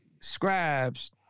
scribes